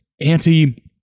anti